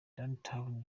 runtown